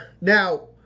now